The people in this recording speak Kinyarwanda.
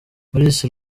maurice